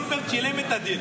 אולמרט שילם את הדין